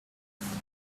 for